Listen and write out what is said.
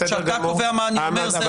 כשאתה קובע מה אני אומר, זה לא בסדר.